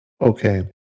Okay